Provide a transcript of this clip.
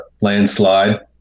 landslide